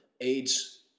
AIDS